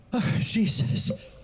Jesus